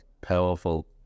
Powerful